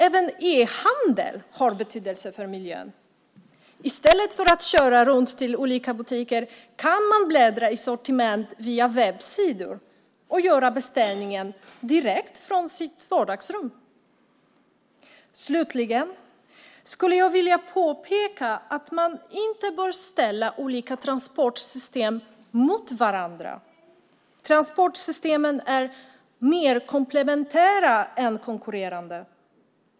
Även e-handel har betydelse för miljön. I stället för att köra runt till olika butiker kan man bläddra i sortiment via webbsidor och göra beställningen direkt från sitt vardagsrum. Slutligen skulle jag vilja påpeka att man inte bör ställa olika transportsystem mot varandra. Transportsystemen är mer komplementära än konkurrerande.